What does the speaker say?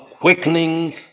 quickening